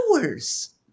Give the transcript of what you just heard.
hours